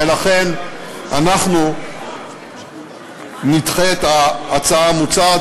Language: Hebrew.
ולכן אנחנו נדחה את ההצעה המוצעת,